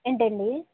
ఏంటండీ